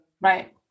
right